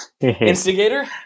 Instigator